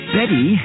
Betty